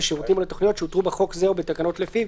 לשירותים או לתכניות שהותרו בחוק זה או בתקנות לפיו.